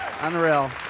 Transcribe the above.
Unreal